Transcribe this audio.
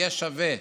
יהיה שווה.